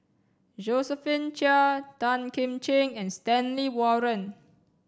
Josephine Chia Tan Kim Ching and Stanley Warren